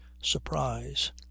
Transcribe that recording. surprise